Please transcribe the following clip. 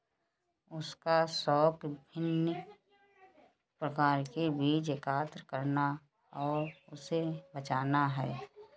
उसका शौक विभिन्न प्रकार के बीज एकत्र करना और उसे बचाना है